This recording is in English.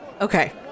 Okay